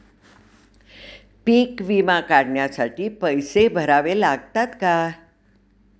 पीक विमा काढण्यासाठी पैसे भरावे लागतात का?